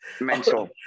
mental